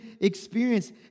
experience